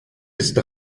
ist